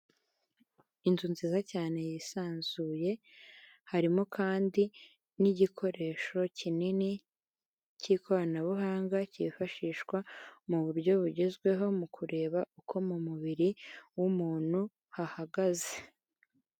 Inzu nziza cyane yisanzuye, harimo kandi n'igikoresho kinini k'ikoranabuhanga, cyifashishwa mu buryo bugezweho, mu kureba uko mu mubiri w'umuntu hahagaze.